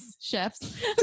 chefs